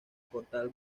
portal